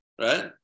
Right